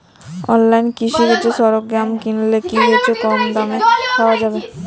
অনলাইনে কৃষিজ সরজ্ঞাম কিনলে কি কমদামে পাওয়া যাবে?